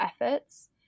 efforts